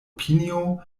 opinio